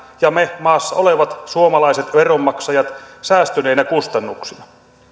ja me maassa olevat suomalaiset veronmaksajat säästyneinä kustannuksina